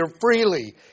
freely